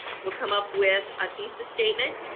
you'll come up with a thesis statement.